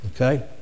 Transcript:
Okay